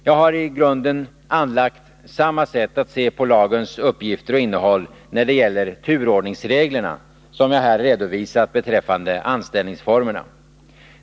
Jag har i grunden anlagt samma sätt att se på lagens uppgifter och innehåll när det gäller turordningsreglerna som jag här redovisat beträffande anställningsformerna.